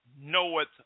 knoweth